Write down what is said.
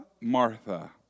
Martha